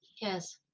yes